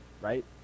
right